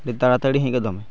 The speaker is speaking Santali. ᱟᱹᱰᱤ ᱛᱟᱲᱟᱛᱟᱲᱤ ᱦᱮᱡ ᱜᱚᱫᱚᱜ ᱢᱮ